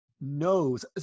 knows